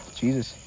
jesus